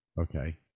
Okay